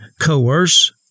coerce